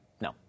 No